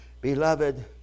Beloved